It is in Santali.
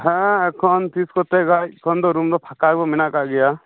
ᱦᱮᱸ ᱮᱠᱷᱚᱱ ᱛᱤᱥ ᱠᱚᱛᱮ ᱜᱟᱱ ᱮᱠᱷᱚᱱ ᱫᱚ ᱨᱩᱢ ᱫᱚ ᱯᱷᱟᱠᱟ ᱜᱮ ᱢᱮᱱᱟᱜ ᱟᱠᱟᱫ ᱜᱮᱭᱟ